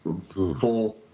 full